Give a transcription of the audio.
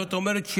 זאת אומרת,